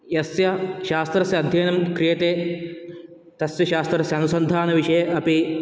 यस्य शास्त्रस्य अध्ययनं क्रियते तस्य शास्त्रस्य अनुसन्धानविषये अपि